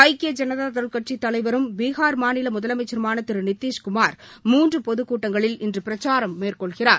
ஐக்கிய ஜனதாதள் கட்சித் தலைவரும் பீகார் மாநில முதலமைச்சருமான திரு நிதிஷ்குமார் மூன்று பொதுக்கூட்டங்களில் இன்று பிரச்சாரம் மேற்கொள்கிறார்